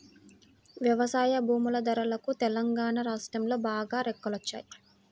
వ్యవసాయ భూముల ధరలకు తెలంగాణా రాష్ట్రంలో బాగా రెక్కలొచ్చాయి